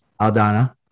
Aldana